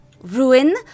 ruin